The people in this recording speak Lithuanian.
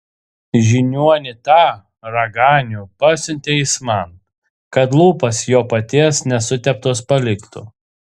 žiniuonį tą raganių pasiuntė jis man kad lūpos jo paties nesuteptos paliktų